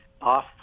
off